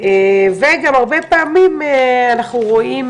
וגם הרבה פעמים אנחנו רואים